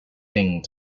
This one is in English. thing